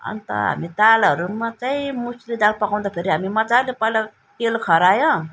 अन्त हामी दालहरूमा चाहिँ मुसुरी दाल पकाउँदाखेरि हामी मजाले पहिला तेल खऱ्यायो